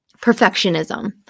perfectionism